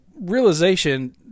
realization